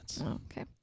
okay